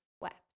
wept